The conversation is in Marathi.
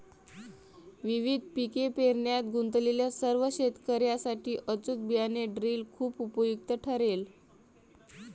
विविध पिके पेरण्यात गुंतलेल्या सर्व शेतकर्यांसाठी अचूक बियाणे ड्रिल खूप उपयुक्त ठरेल